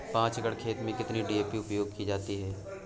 पाँच एकड़ खेत में कितनी डी.ए.पी उपयोग की जाती है?